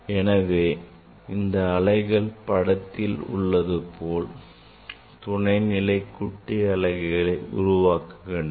எனவே இந்த அலைகள் படத்தில் உள்ளது போல் துணைநிலை குட்டி அலைகளை உருவாக்குகின்றன